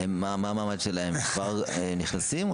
האם הם כבר נכנסים?